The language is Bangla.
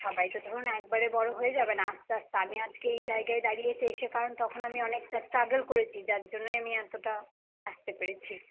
সবাই তো ধরুন একবারে বড়ো হয়ে যাবে না আস্তে আস্তে আমি আজকে এই জায়গায় দাঁড়িয়েছি এসে কারণ তখন আমি অনেকটা স্ট্রাগেল করছি যার জন্যই আমি এতটা আসতে পেরেছি